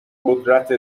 قدرت